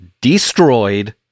destroyed